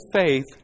faith